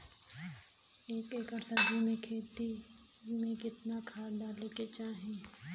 एक एकड़ सब्जी के खेती में कितना खाद डाले के चाही?